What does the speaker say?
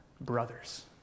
brothers